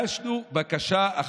הצביעות הזאת, זה מה שהפריע לי.